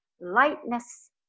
lightness